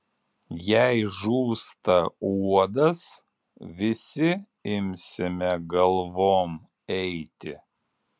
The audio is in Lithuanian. jei žūsta uodas visi imsime galvom eiti